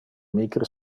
micre